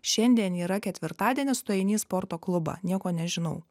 šiandien yra ketvirtadienis tu eini į sporto klubą nieko nežinau